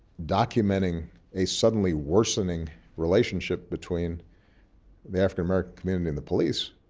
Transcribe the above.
documenting a suddenly worsening relationship between the african-american community and the police.